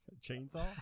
chainsaw